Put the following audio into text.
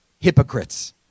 Hypocrites